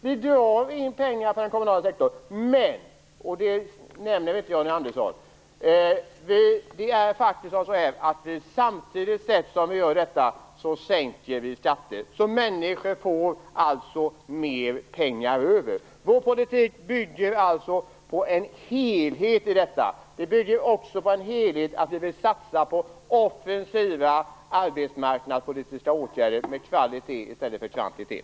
Vi drar in pengar från den kommunala sektorn, men, och det nämner inte Johnny Andersson, samtidigt som vi gör detta sänker vi skatter. Människor får alltså mer pengar över. Vår politik bygger på en helhet i detta. Det bygger också på en helhet när vi vill satsa på offensiva arbetsmarknadspolitiska åtgärder med kvalitet i stället för kvantitet.